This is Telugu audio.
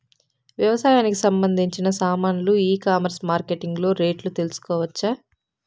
వ్యవసాయానికి సంబంధించిన సామాన్లు ఈ కామర్స్ మార్కెటింగ్ లో రేట్లు తెలుసుకోవచ్చా?